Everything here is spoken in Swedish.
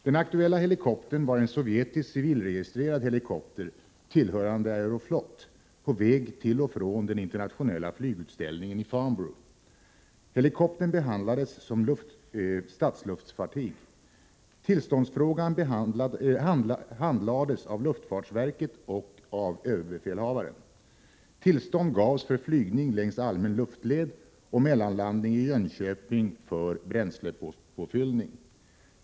Den aktuella helikoptern var en sovjetisk civilregistrerad helikopter tillhörande Aeroflot på väg till och från den internationella flygutställningen i Farnborough. Helikoptern behandlades som statsluftfartyg. Tillståndsfrågan handlades av luftfartsverket och överbefälhavaren. Tillstånd gavs för flygning längs allmän luftled och mellanlandning i Jönköping för bränslepåfyllning.